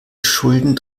schulden